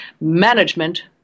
Management